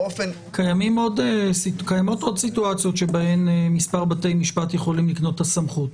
קיימות עוד סיטואציות שבהן מספר בתי משפט יכולים לקנות את הסמכות,